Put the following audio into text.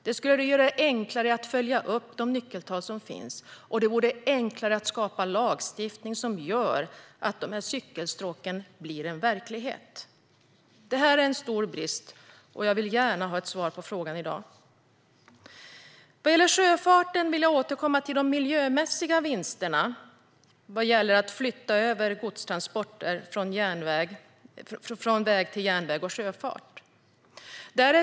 Det skulle göra det enklare att följa upp de nyckeltal som finns och att skapa lagstiftning som gör att cykelstråken blir verklighet. Detta är en stor brist, och jag vill gärna ha ett svar på frågan i dag. Vad gäller sjöfarten vill jag återkomma till de miljömässiga vinsterna av att flytta över godstransporter från väg till järnväg och sjöfart.